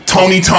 Tony